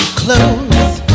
close